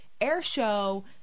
Airshow